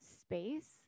space